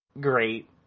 great